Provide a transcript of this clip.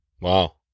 Wow